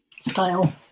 style